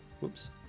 Whoops